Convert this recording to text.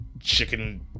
chicken